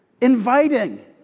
inviting